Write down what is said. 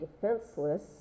defenseless